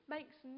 Makes